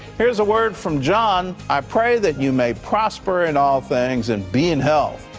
here's a word from john, i pray that you may prosper in all things, and be in health.